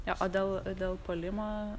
jo dėl dėl puolimo